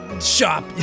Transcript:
Shop